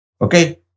Okay